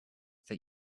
that